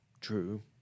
True